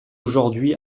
aujourd’hui